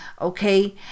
okay